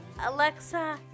Alexa